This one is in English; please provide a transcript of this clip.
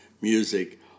music